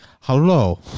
Hello